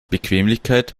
bequemlichkeit